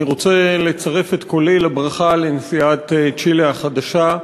אני רוצה לצרף את קולי לברכה לנשיאת צ'ילה החדשה,